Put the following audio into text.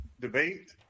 debate